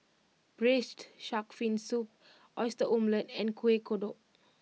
Braised Shark Fin Soup Oyster Omelette and Kueh Kodok